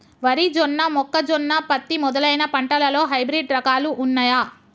వరి జొన్న మొక్కజొన్న పత్తి మొదలైన పంటలలో హైబ్రిడ్ రకాలు ఉన్నయా?